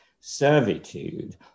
servitude